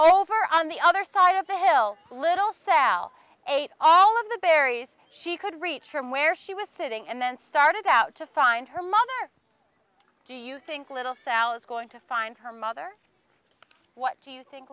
over on the other side of the hill little sal ate all of the berries she could reach from where she was sitting and then started out to find her mother do you think little sally is going to find her mother what do you think